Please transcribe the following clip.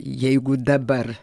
jeigu dabar